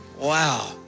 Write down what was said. Wow